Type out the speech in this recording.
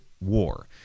war